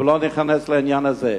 אבל לא ניכנס לעניין הזה.